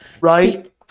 right